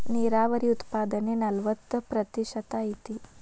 ನೇರಾವರಿ ಉತ್ಪಾದನೆ ನಲವತ್ತ ಪ್ರತಿಶತಾ ಐತಿ